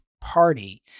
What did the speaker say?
party